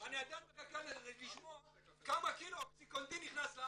אני עדיין מחכה לשמוע כמה קילו אוקסיקונטין נכנס לארץ,